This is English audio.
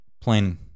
plain